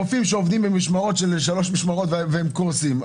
הרופאים שעובדים במשמרות של שלוש משמרות והם קורסים,